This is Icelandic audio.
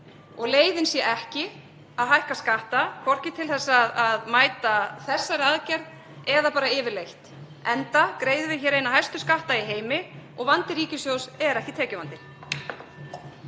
og leiðin sé ekki að hækka skatta, hvorki til að mæta þessari aðgerð eða bara yfirleitt, enda greiðum við eina hæstu skatta í heimi og vandi ríkissjóðs er ekki tekjuvandi.